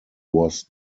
was